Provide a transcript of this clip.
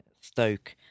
Stoke